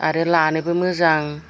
आरो लानोबो मोजां